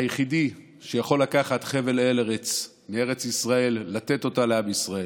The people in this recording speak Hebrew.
היחידי שיכול לקחת חבל ארץ מארץ ישראל ולתת אותו לעם ישראל,